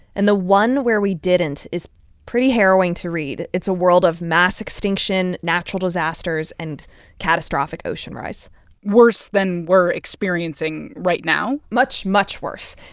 and the one where we didn't is pretty harrowing to read. it's a world of mass extinction, natural disasters and catastrophic ocean rise worse than we're experiencing right now? much, much worse.